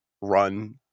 run